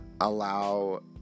allow